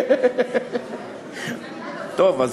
טוב.